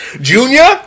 Junior